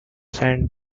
sand